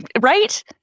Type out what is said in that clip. right